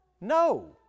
No